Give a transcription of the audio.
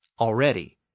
already